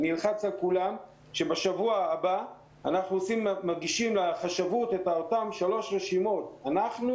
אני אלחץ על כולם שבשבוע הבא אנחנו מגישים לחשבות שלוש רשימות: אנחנו,